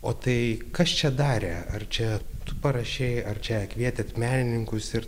o tai kas čia darė ar čia tu parašei ar čia kvietėt menininkus ir